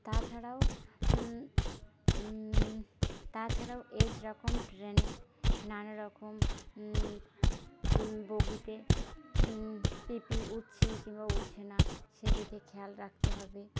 তাছাড়াও তাছাড়াও এই রকম ট্রেনে নানাারকম বগিতে পিঁপি উঠছে কিংবা উঠছে না সেদিকে খেয়াল রাখতে হবে